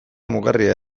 mugarria